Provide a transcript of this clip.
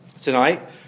tonight